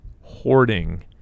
hoarding